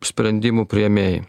sprendimų priėmėjai